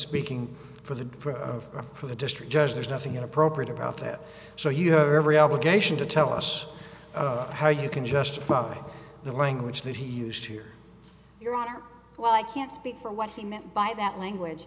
speaking for the for the district judge there's nothing inappropriate about that so you have every obligation to tell us how you can justify the language that he used here your honor well i can't speak for what he meant by that language